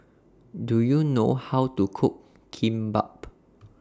Do YOU know How to Cook Kimbap